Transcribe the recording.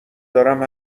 دارم